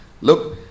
Look